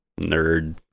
nerd